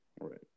right